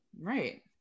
Right